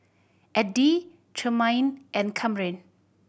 Eddy Tremaine and Kamryn